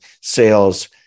sales